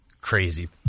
crazy